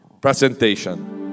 presentation